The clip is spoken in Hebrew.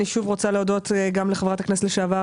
אני שוב רוצה להודות גם לחברת הכנסת לשעבר